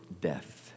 death